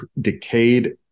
decayed